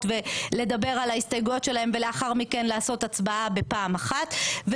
לדבר על ההסתייגויות שלהם ולאחר מכן לעשות הצבעה בפעם אחת,